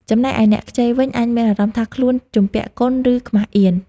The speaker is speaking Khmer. ចំណែកឯអ្នកខ្ចីវិញ អាចមានអារម្មណ៍ថាខ្លួនជំពាក់គុណ ឬខ្មាសអៀន។